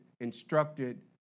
instructed